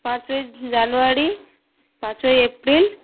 পাঁচই জানুয়ারি পাঁচই এপ্রিল